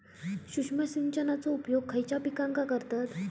सूक्ष्म सिंचनाचो उपयोग खयच्या पिकांका करतत?